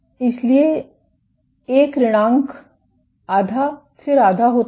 इसलिए 1 ऋणांक आधा फिर आधा होता है